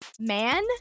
man